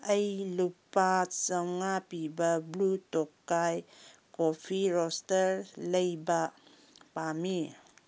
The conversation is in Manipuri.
ꯑꯩ ꯂꯨꯄꯥ ꯆꯪꯉꯥ ꯄꯤꯕ ꯕ꯭ꯂꯨ ꯇꯣꯀꯥꯏ ꯀꯣꯐꯤ ꯔꯣꯁꯇꯔ ꯂꯩꯕ ꯄꯥꯝꯃꯤ